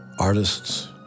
artists